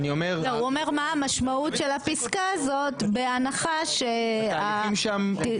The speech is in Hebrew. הוא אומר מה המשמעות של הפסקה הזאת בהנחה של התיקונים?